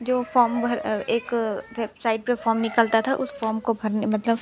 जो फॉम भर एक वेबसाइट पर फॉम निकलता था उस फॉम को भरने मतलब